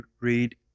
read